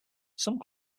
some